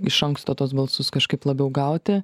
iš anksto tuos balsus kažkaip labiau gauti